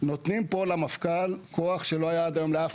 נותנים פה למפכ"ל כוח שלא היה עד היום לאף